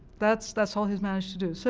that's that's all he's managed to do. so